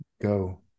Go